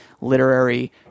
literary